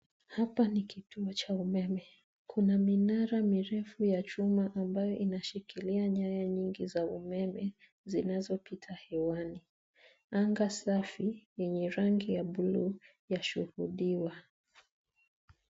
Hapa ni kituo cha umeme. Kuna minara mirefu ya chuma ambayo inashikilia nyaya nyingi za umeme zinazopita hewani. Anga safi yenye rangi ya buluu yashuhudiwa.